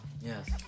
yes